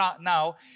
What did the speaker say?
now